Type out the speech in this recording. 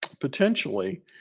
potentially